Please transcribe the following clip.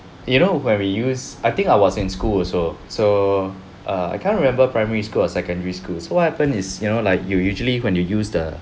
you know when we use I think I was in school also so err I can't remember primary school or secondary school so what happen is you know like you usually when you use the